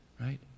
right